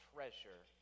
Treasure